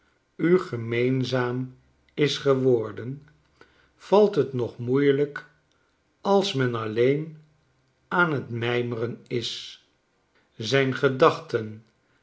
u gemeenzaam isgeworden valthet nog moeielijk als men alleen aan t mijmeren is zijn gedachten